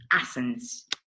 essence